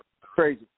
crazy